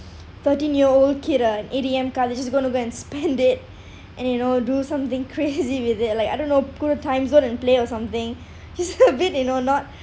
thirteen year old kid an A_T_M card they're just going to go and spend it and you know do something crazy with it like I don't know go to timezone and play or something it's a bit you know not